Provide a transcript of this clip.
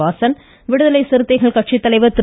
வாசன் விடுதலை சிறுத்தைகள் கட்சித்தலைவா் திரு